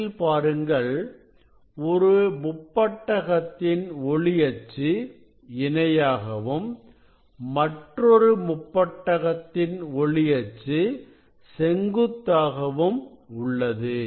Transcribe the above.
படத்தில் பாருங்கள் ஒரு முப்பட்டகத்தின் ஒளி அச்சு இணையாகவும் மற்றொரு முப்பட்டகத்தின் ஒளி அச்சு செங்குத்தாகவும் உள்ளது